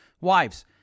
wives